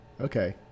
okay